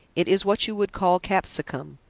it is what you would call capsicum,